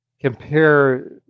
compare